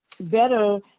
better